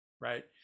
right